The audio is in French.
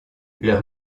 leur